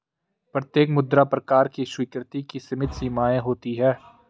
प्रत्येक मुद्रा प्रकार की स्वीकृति की सीमित सीमाएँ होती हैं